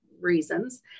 reasons